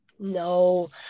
No